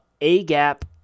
A-gap